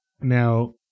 Now